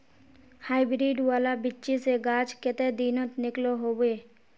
Hybrid वाला बिच्ची से गाछ कते दिनोत निकलो होबे?